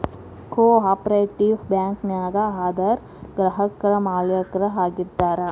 co operative bank ನ್ಯಾಗ ಅದರ್ ಗ್ರಾಹಕ್ರ ಮಾಲೇಕ್ರ ಆಗಿರ್ತಾರ